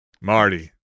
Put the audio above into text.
Marty